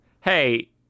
Hey